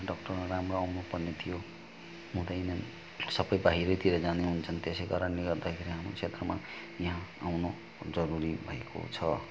doctor राम्रो आउनु पर्ने थियो हुँदैनन् सबै बाहिरतिरै जानु हुन्छ त्यसै कारणले गर्दाखेरि चाहिँ हाम्रो क्षेत्रमा यहाँ आउनु जरुरी भएको छ